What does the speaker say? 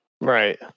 Right